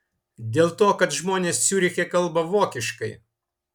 dėl to kad žmonės ciuriche kalba vokiškai